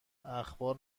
اخبار